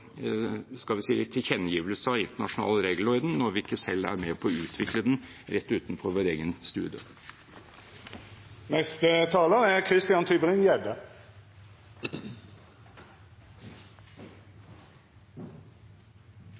skal vi si – tilkjennegivelse av internasjonal regelorden når vi ikke selv er med på å utvikle den rett utenfor vår egen